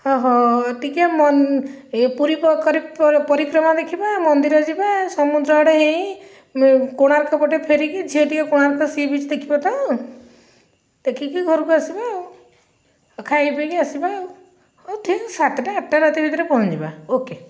ହଁ ଟିକିଏ ମନ ପୁରୀ ପରିକ୍ରମା ଦେଖିବା ମନ୍ଦିର ଯିବା ସମୁଦ୍ର ଆଡ଼େ ହେଇ କୋଣାର୍କ ପଟେ ଫେରିକି ଝିଅ ଟିକିଏ କୋଣାର୍କ ସି ବିଚ୍ ଦେଖିବ ତ ଦେଖିକି ଘରକୁ ଆସିବା ଆଉ ଖାଇପିଇକି ଆସିବା ଆଉ ହେଉ ଠିକ ସାତଟା ଆଠଟା ରାତି ଭିତରେ ପହଞ୍ଚିଯିବା ଓ କେ